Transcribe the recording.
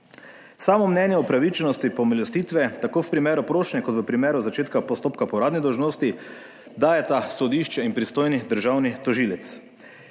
Samo mnenje o upravičenosti pomilostitve tako v primeru prošnje kot v primeru začetka postopka po uradni dolžnosti dajeta sodišče in pristojni državni tožilec.